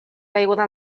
caiguda